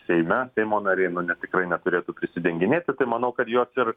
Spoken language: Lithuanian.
seime seimo nariai nu ne tikrai neturėtų prisidenginėti tai manau kad jos ir